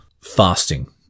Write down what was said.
fasting